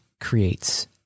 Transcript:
creates